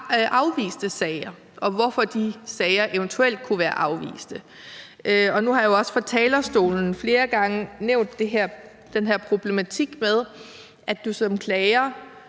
afviste sager og i, hvorfor de sager eventuelt kunne være afvist. Og nu har jeg også fra talerstolen flere gange nævnt den her problematik med, at du som klager